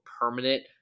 permanent